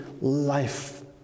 life